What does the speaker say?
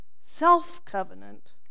Self-covenant